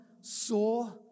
saw